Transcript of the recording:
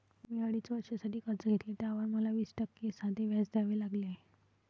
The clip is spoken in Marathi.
मी अडीच वर्षांसाठी कर्ज घेतले, त्यावर मला वीस टक्के साधे व्याज द्यावे लागले